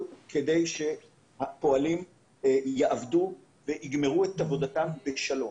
כדי שהפועלים יעבדו ויגמרו את עבודתם בשלום.